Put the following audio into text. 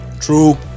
True